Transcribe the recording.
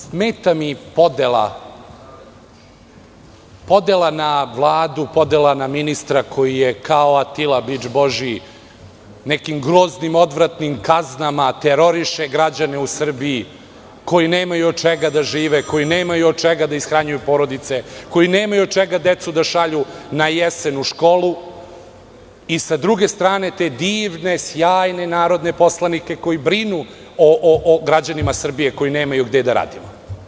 Smeta mi podela na vladu, podelu na ministra, koji, kao Atila Bič Božiji, nekim groznim, odvratnim kaznama teroriše građane u Srbiji, koji nemaju od čega da žive, koji nemaju od čega da ishranjuju porodice, koji nemaju od čega decu da šalju na jesen u školu i, s druge strane, te divne, sjajne narodne poslanike koji brinu o građanima Srbije koji nemaju gde da rade.